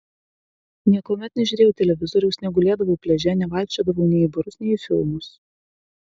niekuomet nežiūrėjau televizoriaus negulėdavau pliaže nevaikščiodavau nei į barus nei į filmus